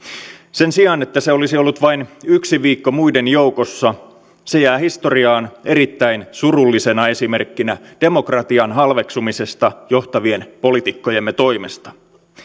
sen sijaan että se olisi ollut vain yksi viikko muiden joukossa se jää historiaan erittäin surullisena esimerkkinä demokratian halveksumisesta johtavien poliitikkojemme toimesta